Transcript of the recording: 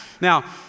Now